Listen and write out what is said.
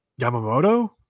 Yamamoto